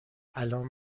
الان